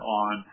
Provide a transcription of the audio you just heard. on